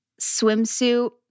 swimsuit